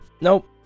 Nope